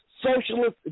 socialist